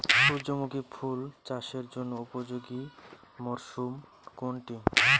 সূর্যমুখী ফুল চাষের জন্য উপযোগী মরসুম কোনটি?